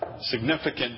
significant